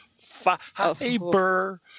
Fiber